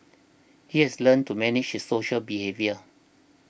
he has learnt to manage social behaviour